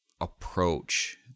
approach